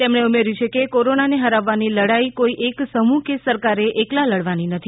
તેમણે ઉમેર્યું છે કે કોરોના ને હરાવવાની લડાઈ કોઈ એક સમૂહ કે સરકારે એકલા લડવાની નથી